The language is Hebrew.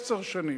עשר שנים.